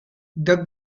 the